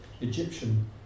Egyptian